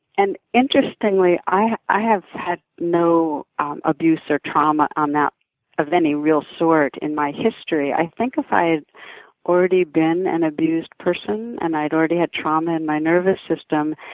and, interestingly, i i have had no um abuse or trauma um of any real sort in my history. i think if i had already been an abused person and i'd already had trauma in my nervous system,